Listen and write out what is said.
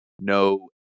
no